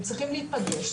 הם צריכים להיפגש,